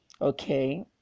okay